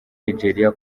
nigeria